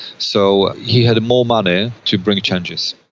so he had more money to bring changes.